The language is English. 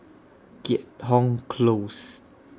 Keat Hong Close